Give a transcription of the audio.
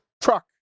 Truck